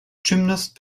gymnast